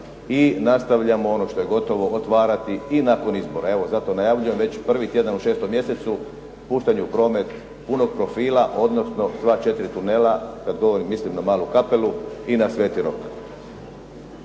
i nastavljamo ono što je gotovo otvarati i nakon izbora. Evo, zato najavljujem već prvi tjedan u 6. mjesecu puštanje u promet punog profila, odnosno sva četiri tunela, kad govorim mislim na Malu Kapelu i na Sveti Rok.